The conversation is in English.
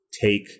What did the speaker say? take